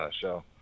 Show